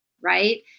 right